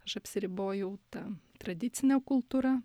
aš apsiribojau ta tradicine kultūra